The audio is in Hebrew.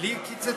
לי קיצצו?